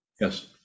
Yes